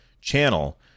channel